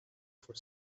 for